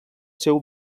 seu